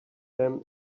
them